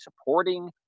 supporting